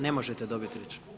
Ne možete dobiti riječ.